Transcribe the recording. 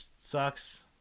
sucks